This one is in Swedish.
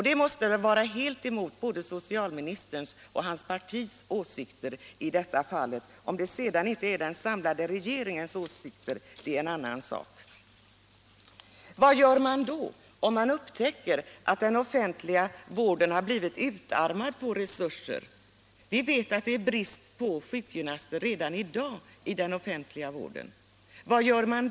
Det måste väl vara helt emot socialministerns och centerpartiets åsikt i detta fall. Sedan är det en annan sak om detta inte är den samlade regeringens åsikt. Vad gör man då, om man upptäcker att den offentliga vården har blivit utarmad på personalresurser? Vi vet att det redan i dag är brist på sjukgymnaster i den offentliga vården.